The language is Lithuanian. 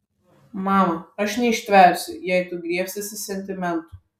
mama aš neištversiu jei tu griebsiesi sentimentų